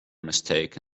mistaken